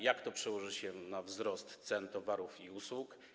Jak to przełoży się na wzrost cen towarów i usług?